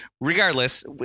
regardless